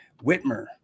Whitmer